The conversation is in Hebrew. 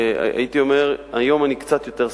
הייתי אומר שהיום אני קצת יותר סקפטי.